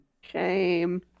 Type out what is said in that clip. Shame